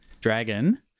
Dragon